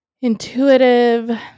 intuitive